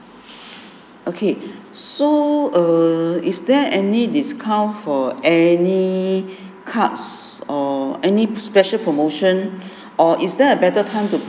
okay so err is there any discount for any cards or any special promotion or is there a better time to